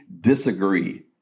disagree